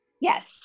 Yes